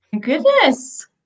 Goodness